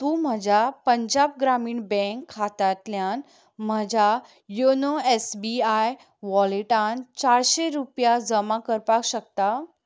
तूं म्हज्या पंजाब ग्रामीण बँक खातांतल्यान म्हज्या योनो एस बी आय वॉलेटान चारशें रुपया जमा करपाक शकता